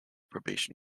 probation